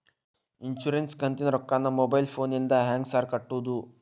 Insurance ಕಂತಿನ ರೊಕ್ಕನಾ mobile ಫೋನಿಂದ ಹೆಂಗ್ ಸಾರ್ ಕಟ್ಟದು?